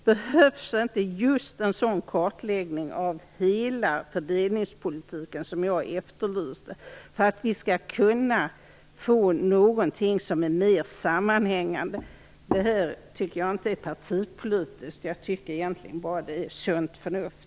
Behövs inte just den kartläggning av hela fördelningspolitiken som jag efterlyste, för att vi skall kunna få någonting som är mer sammanhängande. Detta är inte partipolitik. Det handlar egentligen bara om sunt förnuft.